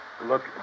Look